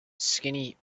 skinny